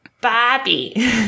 Bobby